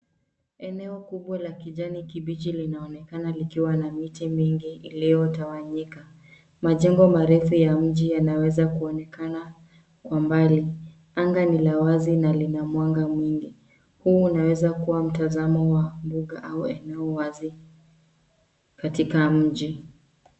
Eneo kubwa la kijani kibichi linaonekana likiwa na miti mingi iliyotawanyika. Majengo marefu ya mji yanaweza kuonekana kwa mbali. Anga ni la wazi na lina mwanga mingi. Hii inaweza kuwa mtazamo wa mbuga au eneo wazi katika mji.